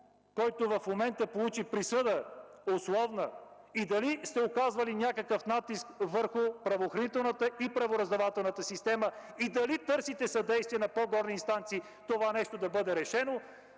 който в момента получи условна присъда, и дали сте оказвали някакъв натиск върху правоохранителната и правораздавателната система? Дали търсите съдействие на по-горни инстанции това нещо да бъде решено,